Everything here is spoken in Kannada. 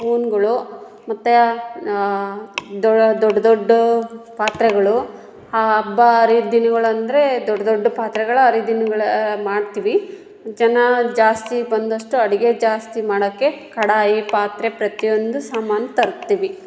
ಸ್ಪೂನ್ಗಳು ಮತ್ತು ದ ದೊಡ್ಡ ದೊಡ್ಡ ಪಾತ್ರೆಗಳು ಹಬ್ಬ ಹರಿದಿನಗಳಂದ್ರೆ ದೊಡ್ಡ ದೊಡ್ಡ ಪಾತ್ರೆಗಳು ಹರಿದಿನಗಳ ಮಾಡ್ತೀವಿ ಜನ ಜಾಸ್ತಿ ಬಂದಷ್ಟು ಅಡಿಗೆ ಜಾಸ್ತಿ ಮಾಡೋಕ್ಕೆ ಕಡಾಯಿ ಪಾತ್ರೆ ಪ್ರತಿಯೊಂದು ಸಮಾನು ತರ್ತೀವಿ